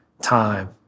time